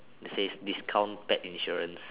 it says discount pet insurance